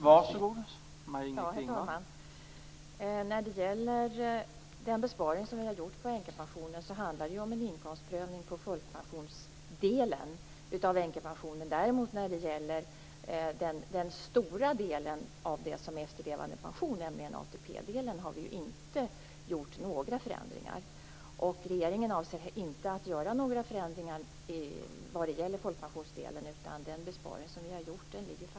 Herr talman! Den besparing som vi har gjort på änkepensionen innebär en inkomstprövning på folkpensionsdelen av änkepensionen. När det däremot gäller den stora delen av efterlevandepensionen, nämligen ATP-delen, har vi inte gjort några förändringar. Regeringen avser inte att göra några förändringar vad gäller folkpensionsdelen, utan den besparing som vi har gjort ligger fast.